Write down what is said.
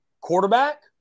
quarterback